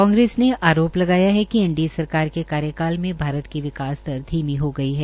कांग्रेस ने आरोप लगाया है कि एनडीए सरकार के कार्यकाल में भारत की विकास दर धीमी हो गई है